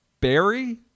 Barry